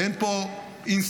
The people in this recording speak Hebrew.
אין פה אינסטנט.